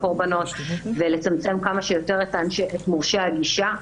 הקורבנות ולצמצם כמה שיותר את מורשי הגישה.